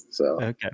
Okay